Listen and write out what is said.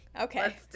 Okay